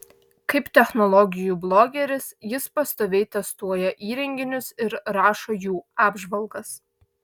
kaip technologijų blogeris jis pastoviai testuoja įrenginius ir rašo jų apžvalgas